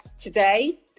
today